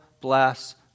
bless